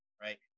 right